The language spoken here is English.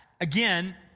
again